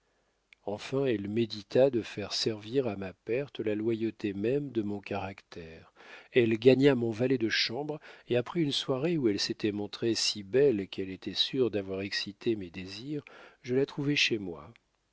enfin elle médita de faire servir à ma perte la loyauté même de mon caractère elle gagna mon valet de chambre et après une soirée où elle s'était montrée si belle qu'elle était sûre d'avoir excité mes désirs je la trouvai chez moi